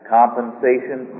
compensation